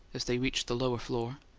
as they reached the lower floor.